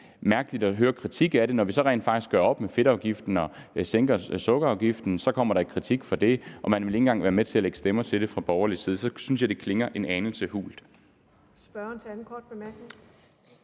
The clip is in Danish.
mærkeligt at høre en kritik af det. Når vi så rent faktisk gør op med fedtafgiften og sænker sukkerafgiften, kommer der kritik for det, og man vil fra borgerlig side ikke engang være med til at lægge stemmer til det. Så synes jeg, det klinger en anelse hult.